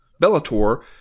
Bellator